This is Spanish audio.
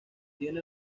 tiene